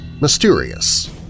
mysterious